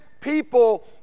people